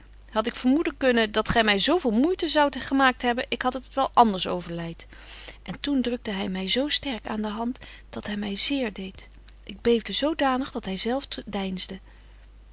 had ik vermoeden kunnen dat gy my zo veel moeite zoudt gemaakt hebben ik had het wel anders overleit en toen drukte hy my zo sterk aan de hand dat hy my zeer deedt ik beefde zodanig dat hy zelf deinsde